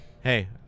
hey